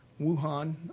Wuhan